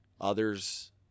others